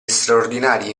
straordinarie